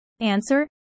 Answer